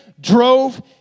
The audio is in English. drove